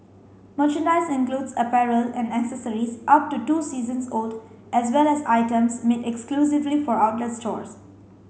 merchandise includes apparel and accessories up to two seasons old as well as items made exclusively for outlet stores